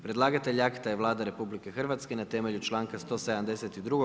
Predlagatelj akta je Vlada RH na temelju članka 172.